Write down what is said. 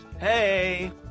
Hey